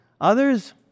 others